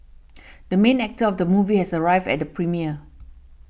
the main actor of the movie has arrived at the premiere